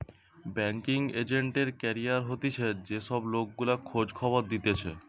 banking agent এর career হতিছে যে সব লোক গুলা খোঁজ খবর দিতেছে